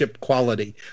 quality